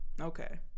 Okay